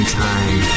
time